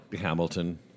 Hamilton